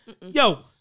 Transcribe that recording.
Yo